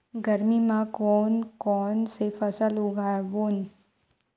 गरमी मा कोन कौन से फसल उगाबोन?